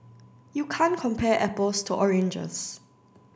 you can't compare apples to oranges